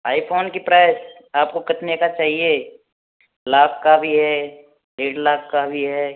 iPhone की price आपको कितने का चाहिए लाख का भी है डेढ़ लाख का भी है